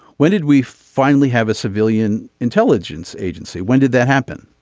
when did we finally have a civilian intelligence agency when did that happen.